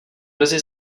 brzy